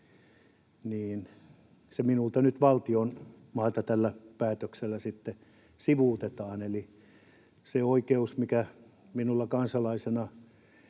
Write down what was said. niin se minulta nyt valtion mailla tällä päätöksellä sitten sivuutetaan. Eli siitä oikeudesta, mikä minulla kansalaisena